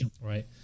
right